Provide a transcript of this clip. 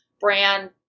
brand